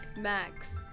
Max